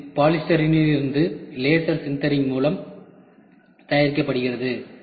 இது பாலிஸ்டிரீனிலிருந்து laser sintering மூலம் தயாரிக்கப்படுகிறது